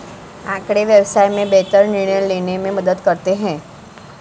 आँकड़े व्यवसाय में बेहतर निर्णय लेने में मदद करते हैं